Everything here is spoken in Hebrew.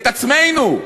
את עצמנו?